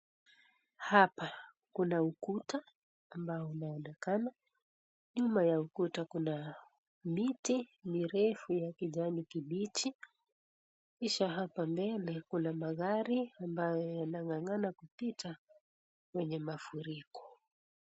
Hapa kuna ukuta ambao unaonekana, nyuma ya ukuta kuna miti mirefu ya kijani kibichi. Kisha hapa mbele kuna magari ambayo yanang'ang'ana kupita kwenye mafuriko.